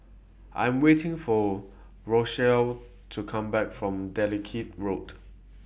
I'm waiting For Rochelle to Come Back from Dalkeith Road